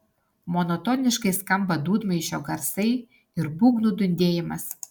monotoniškai skamba dūdmaišio garsai ir būgnų dundėjimas